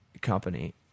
company